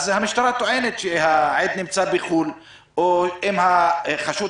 אז המשטרה טוענת שהעד נמצא בחו"ל או שאם החשוד